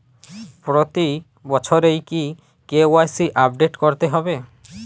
প্রতি বছরই কি কে.ওয়াই.সি আপডেট করতে হবে?